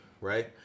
right